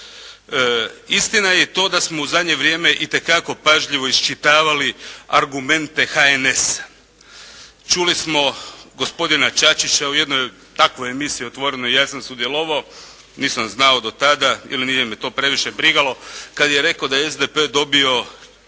Istina je i to da smo u zadnje vrijeme itekako pažljivo iščitavali argumente HNS-a. Čuli smo gospodina Čačića u jednoj takvoj emisiji otvorenoj, ja sam sudjelovao, nisam znao do tada ili nije me to previše brigalo, kada je rekao da je SDP dobio